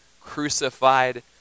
crucified